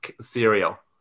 cereal